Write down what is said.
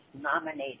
nominated